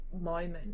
moment